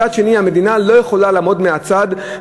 מצד שני, המדינה לא יכולה לעמוד מן הצד.